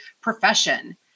profession